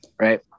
Right